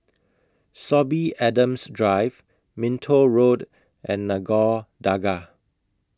Sorby Adams Drive Minto Road and Nagore Dargah